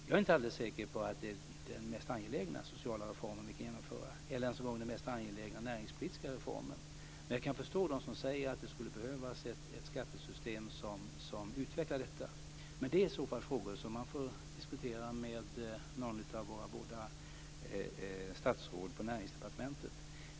Jag är inte alldeles säker på att det är den mest angelägna sociala reformen vi kan genomföra, eller ens en gång den mest angelägna näringspolitiska reformen, men jag kan förstå dem som säger att det skulle behövas ett skattesystem som utvecklade detta. Men det är i så fall frågor som man får diskutera med något av våra båda statsråd på Näringsdepartementet.